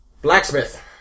Blacksmith